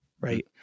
right